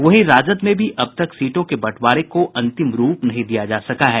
वहीं राजद में भी अब तक सीटों के बंटवारे को अंतिम रूप नहीं दिया जा सका है